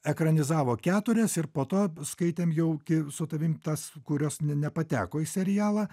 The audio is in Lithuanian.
ekranizavo keturias ir po to skaitėm jau gi su tavimi tas kurios ne nepateko į serialą